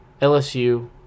LSU